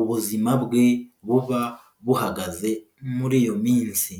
ubuzima bwe buba buhagaze muri iyo minsi.